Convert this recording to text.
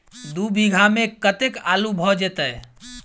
दु बीघा मे कतेक आलु भऽ जेतय?